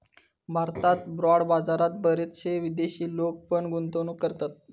भारतात बाँड बाजारात बरेचशे विदेशी लोक पण गुंतवणूक करतत